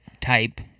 type